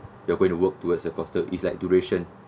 you are going to work towards the constant is like duration